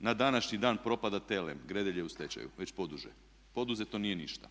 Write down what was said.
na današnji dan propada Telem, Gredelj je u stečaju već poduže, poduzeto nije ništa.